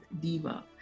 Diva